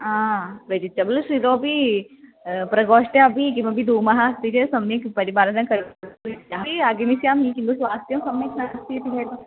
हा वेजिटेबल्स् इतोपि प्रकोष्ठे अपि किमपि धूमः अस्ति चेत् सम्यक् परिपालनं करोतु इतोपि आगमिष्यामि किन्तु स्वास्थ्यं सम्यक् नास्ति इति हेतोः